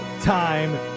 time